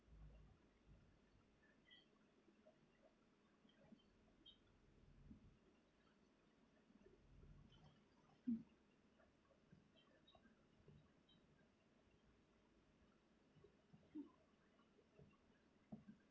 mm mm